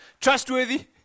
Trustworthy